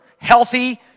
healthy